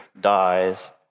dies